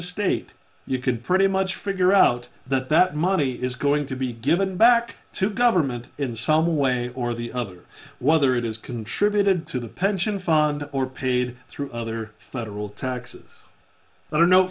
state you could pretty much figure out that that money is going to be given back to government in some way or the other whether it is contributed to the pension fund or paid through other federal tax